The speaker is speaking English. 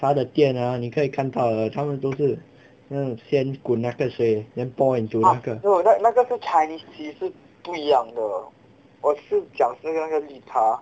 茶的店啊你可以看到的他们都是那种先滚那个水 then pour into 那个